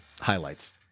highlights